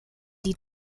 die